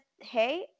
hey